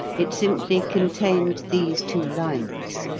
it simply contained these two lines